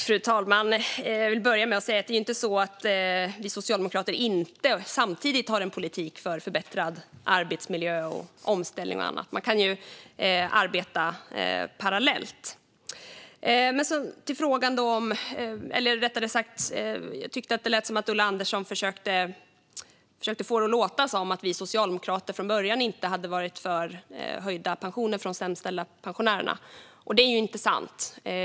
Fru talman! Jag vill börja med att säga att det ju inte är så att vi socialdemokrater inte samtidigt har en politik för förbättrad arbetsmiljö, omställning och annat. Man kan ju arbeta parallellt. Jag tyckte att Ulla Andersson försökte få det att låta som om vi socialdemokrater från början inte var för höjda pensioner för de pensionärer som har det sämst ställt. Det är ju inte sant.